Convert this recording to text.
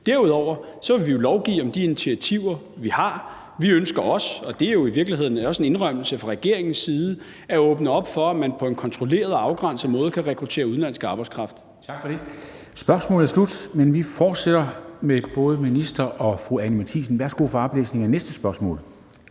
Derudover vil vi jo lovgive om de initiativer, vi har. Vi ønsker også – og det er jo i virkeligheden en indrømmelse fra regeringens side – at åbne op for, at man på en kontrolleret og afgrænset måde kan rekruttere udenlandsk arbejdskraft. Kl. 13:45 Formanden (Henrik Dam Kristensen): Tak for det. Spørgsmålet er slut. Men vi fortsætter med både ministeren og fru Anni Matthiesen. Kl. 13:45 Spm. nr. S 424 8) Til